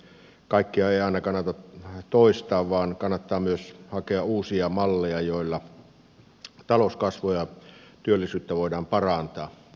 kaikkea ei aina kannata toistaa vaan kannattaa myös hakea uusia malleja joilla talouskasvua ja työllisyyttä voidaan parantaa